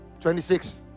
26